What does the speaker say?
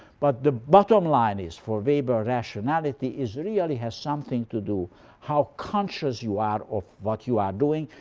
but the bottom line is for weber rationality is really has something to do how conscious you are of what you are doing,